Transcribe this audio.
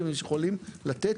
שיכולים לתת.